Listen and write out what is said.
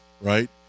right